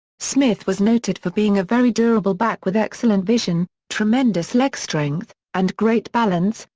smith was noted for being a very durable back with excellent vision, tremendous leg strength, and great balance,